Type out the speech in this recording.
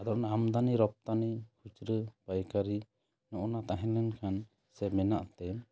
ᱟᱫᱚ ᱚᱱᱟ ᱟᱢᱫᱟᱱᱤ ᱨᱚᱯᱛᱟᱱᱤ ᱠᱷᱩᱪᱨᱟᱹ ᱯᱟᱭᱠᱟᱨᱤ ᱱᱚᱜᱱᱟ ᱛᱟᱦᱮᱸ ᱞᱮᱱ ᱠᱷᱟᱚᱱ ᱥᱮ ᱢᱮᱱᱟᱜ ᱛᱮ